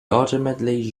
ultimately